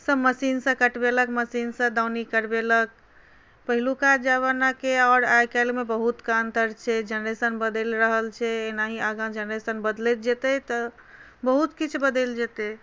सभ मशीनसँ कटबेलक मशीनसँ दौनी करबेलक पहिलुका जमानाके आओर आइ कल्हिमे बहुतके अन्तर छै जेनरेशन बदलि रहल छै एनाही आगा जेनरेशन बदलैत जेतै तऽ बहुत किछु बदलि जेतै